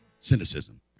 cynicism